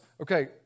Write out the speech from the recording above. okay